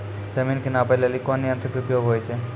जमीन के नापै लेली कोन यंत्र के उपयोग होय छै?